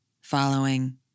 following